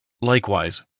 Likewise